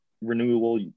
renewable